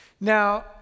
Now